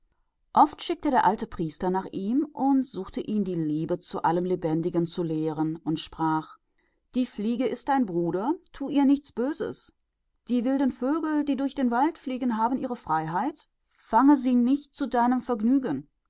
oft schickte auch der alte priester nach ihm und suchte ihn die liebe zu allem lebenden zu lehren und sagte zu ihm die fliege ist dein bruder tu ihr nichts an die wilden vögel die im walde schweifen haben ihre freiheit fange sie nicht zu deinem vergnügen